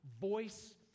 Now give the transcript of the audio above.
voice